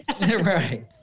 Right